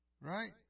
right